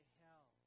hell